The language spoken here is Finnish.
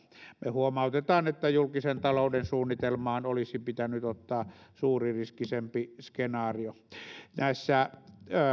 me huomautamme että julkisen talouden suunnitelmaan olisi pitänyt ottaa suuririskisempi skenaario